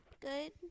Good